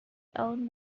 own